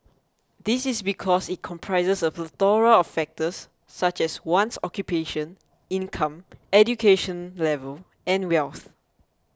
this is because it comprises a plethora of factors such as one's occupation income education level and wealth